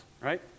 right